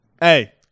hey